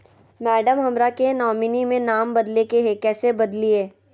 madam, हमरा के nominee में नाम बदले के हैं, कैसे बदलिए